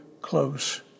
close